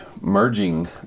merging